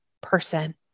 person